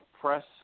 press